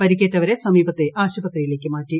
പരിക്കേറ്റവരെ സമീപത്തെ ആശുപത്രിയിലേക്ക് മാറ്റി